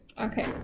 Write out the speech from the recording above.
Okay